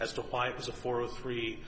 as to why it was a four three